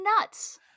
nuts